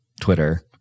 Twitter